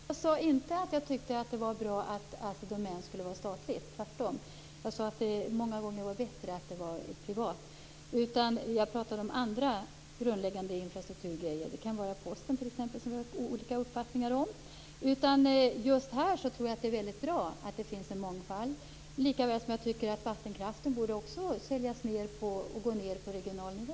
Herr talman! Jag sade inte att jag tyckte att det var bra att Assi Domän skulle vara statligt. Tvärtom. Jag sade att det många gånger var bättre att det var privat. Jag pratade om andra grundläggande infrastrukturgrejer. Det kan vara posten t.ex., som vi har olika uppfattningar om. Just här tror jag att det är mycket bra att det finns en mångfald, lika väl som jag tycker att vattenkraften också borde säljas och gå ned på regional nivå.